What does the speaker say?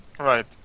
Right